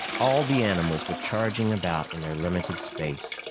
all the animals were charging about in their limited space,